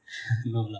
no lah